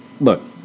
Look